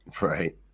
Right